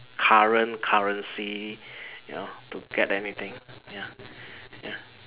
current currency you know to get anything ya ya